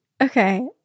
Okay